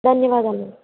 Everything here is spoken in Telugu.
ధన్యవాదాలు మేడమ్